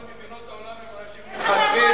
בכל מדינות העולם אנשים מתחתנים,